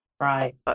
Right